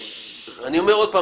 אני אומר שוב,